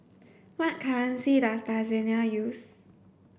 what currency does Tanzania use